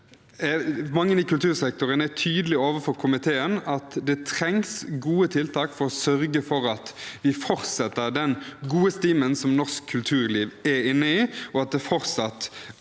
Mange i kultursektoren er tydelige overfor komiteen om at det trengs gode tiltak for å sørge for at vi fortsetter den gode stimen norsk kulturliv er inne i, og at det i